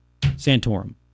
Santorum